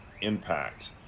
impact